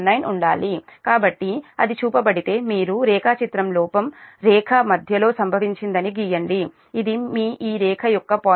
19 ఉండాలి కాబట్టి అది చూపబడితే మీరు రేఖాచిత్రం లోపం రేఖ మధ్యలో సంభవించిందని గీయండి ఇది ఈ రేఖ యొక్క 0